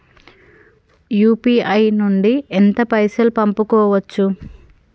UPI నుండి ఎంత పైసల్ పంపుకోవచ్చు?